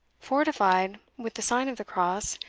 fortified with the sign of the cross,